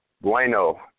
Bueno